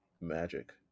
magic